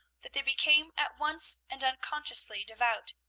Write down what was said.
that they became at once and unconsciously devout.